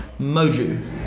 Moju